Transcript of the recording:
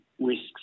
risks